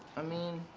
i mean.